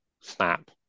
snap